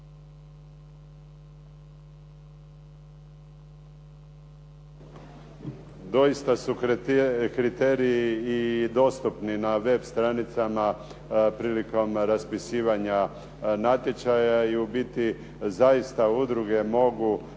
Doista su i kriteriji i dostupni na web stranicama prilikom raspisivanja natječaja i u biti zaista udruge mogu